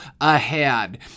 ahead